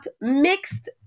mixed